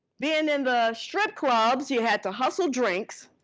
being in the strip clubs, you had to hustle drinks,